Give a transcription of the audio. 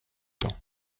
temps